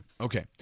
Okay